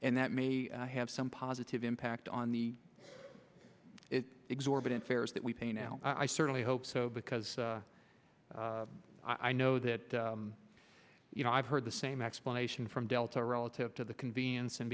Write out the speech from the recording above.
and that may have some positive impact on the exorbitant fares that we pay now i certainly hope so because i know that you know i've heard the same explanation from delta relative to the convenience and